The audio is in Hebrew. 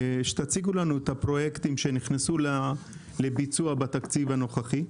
שתציגו לנו את הפרויקטים שנכנסו לביצוע בתקציב הנוכחי,